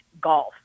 golf